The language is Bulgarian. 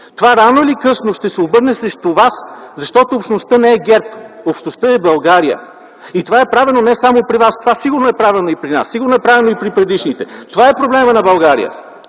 това рано или късно ще се обърне срещу вас. Защото общността не е ГЕРБ, общността е България. Това е правено не само при вас, това сигурно е правено и при нас, сигурно е правено и при предишните. Това е проблемът на България,